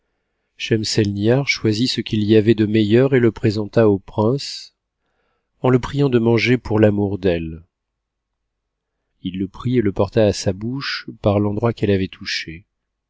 schemselnihar choisit ce qu'il y avait de meilleur et le présenta au prince en le priant de manger pour l'amour d'elle il le prit et le porta à sa bouche par l'endroit qu'elle avait touché